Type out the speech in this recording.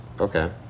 Okay